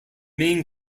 main